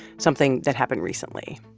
something that happened recently.